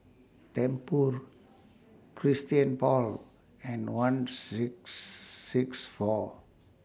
Tempur Christian Paul and one six six four